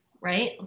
right